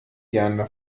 gerne